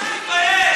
אני מתבייש.